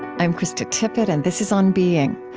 i'm krista tippett, and this is on being.